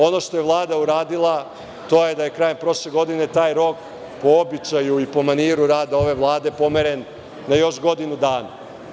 Ono što je Vlada uradila, to je da je krajem prošle godine taj rok, po običaju i po maniru rada ove Vlade, pomeren na još godinu dana.